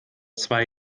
zwei